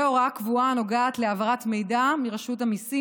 והוראה קבועה הנוגעת להעברת מידע מרשות המיסים